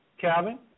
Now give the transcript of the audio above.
Calvin